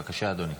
בבקשה, אדוני.